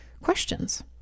questions